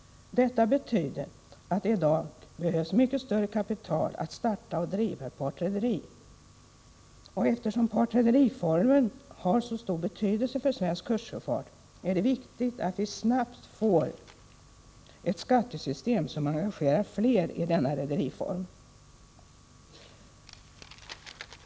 Detta betyder att det i dag behövs mycket större kapital för att starta och driva ett partrederi. Eftersom partrederiformen har så stor betydelse för svensk kustsjöfart är det viktigt att vi snabbt får ett skattesystem som gör det möjligt för fler att engagera sig i denna rederiform.